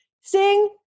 sing